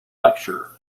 lecture